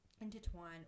intertwine